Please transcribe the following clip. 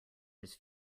his